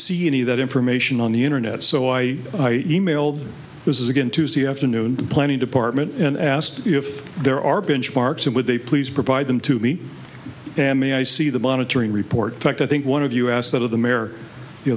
see any of that information on the internet so i emailed this is again tuesday afternoon planning department and asked if there are benchmarks and would they please provide them to me and may i see the monitoring report fact i think one of us that of the